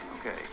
Okay